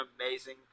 amazing